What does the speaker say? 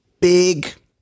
big